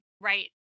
Right